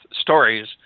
stories